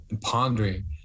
pondering